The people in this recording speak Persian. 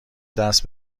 دست